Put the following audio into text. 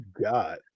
god